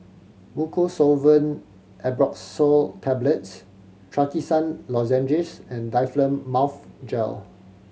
Mucosolvan Ambroxol Tablets Trachisan Lozenges and Difflam Mouth Gel